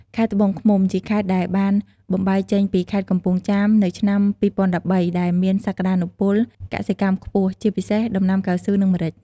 ខេត្តត្បូងឃ្មុំ ជាខេត្តដែលបានបំបែកចេញពីខេត្តកំពង់ចាមនៅឆ្នាំ ២០១៣ ដែលមានសក្តានុពលកសិកម្មខ្ពស់ ជាពិសេសដំណាំកៅស៊ូ និងម្រេច។